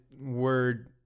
word